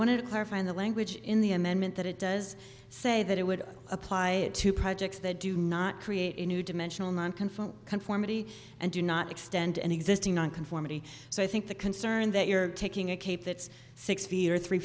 want to clarify the language in the amendment that it does say that it would apply it to projects that do not create a new dimensional non confront conformity and do not extend an existing on conformity so i think the concern that you're taking a cape that's six feet or three